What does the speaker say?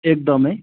एकदम